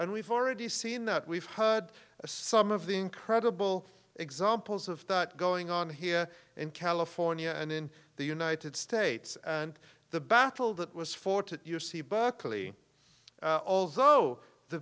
and we've already seen that we've heard some of the incredible examples of that going on here in california and in the united states and the battle that was for to u c berkeley although the